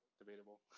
debatable